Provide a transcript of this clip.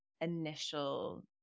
initial